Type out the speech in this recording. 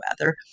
weather